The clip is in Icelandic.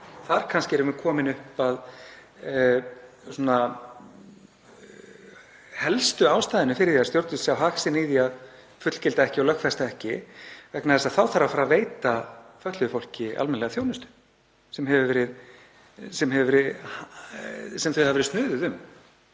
við kannski komin að helstu ástæðunni fyrir því að stjórnvöld sjá hag sinn í því að fullgilda ekki og lögfesta ekki vegna þess að þá þarf að fara að veita fötluðu fólki almennilega þjónustu sem það hefur verið snuðað um